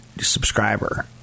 subscriber